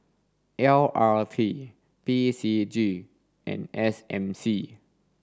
L R T P C G and S M C